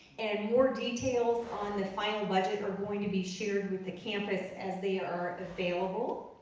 and more details on the final budget are going to be shared with the campus as they are available.